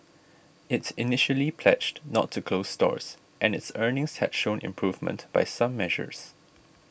it initially pledged not to close stores and its earnings had shown improvement by some measures